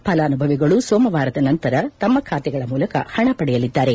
ಫಲಾನುಭವಿಗಳು ಸೋಮವಾರದ ನಂತರ ತಮ್ಮ ಖಾತೆಗಳ ಮೂಲಕ ಹಣ ಪಡೆಯಲಿದ್ದಾರೆ